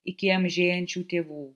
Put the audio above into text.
iki amžėjančių tėvų